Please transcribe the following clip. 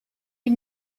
die